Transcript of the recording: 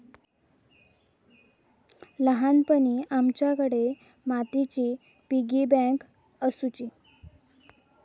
ल्हानपणी आमच्याकडे मातीची पिगी बँक आसुची